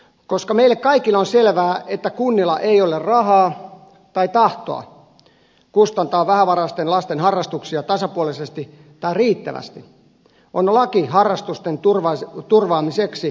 koska meille kaikille on selvää että kunnilla ei ole rahaa tai tahtoa kustantaa vähävaraisten lasten harrastuksia tasapuolisesti tai riittävästi on laki harrastusten turvaamiseksi tarpeen